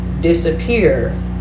disappear